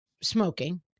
smoking